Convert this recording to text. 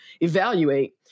evaluate